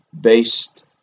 based